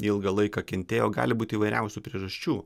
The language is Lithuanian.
ilgą laiką kentėjo gali būti įvairiausių priežasčių